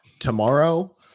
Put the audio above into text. tomorrow